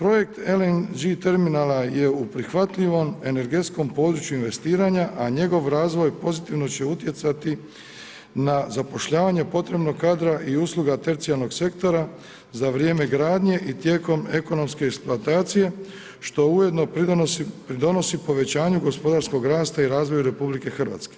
Projekt LNG terminala je u prihvatljivom energetskom području investiranja a njegov razvoj pozitivno će utjecati na zapošljavanje potrebnog kadra i usluga tercijarnog sektora za vrijeme gradnje i tijekom ekonomske eksploatacije što ujedno pridonosi povećanju gospodarskog rasta i razvoja RH.